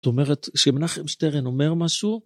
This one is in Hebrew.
זאת אומרת כשמנחם שטרן אומר משהו...